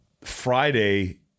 Friday